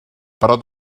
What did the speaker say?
però